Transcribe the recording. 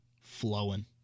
Flowing